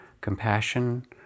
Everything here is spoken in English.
compassion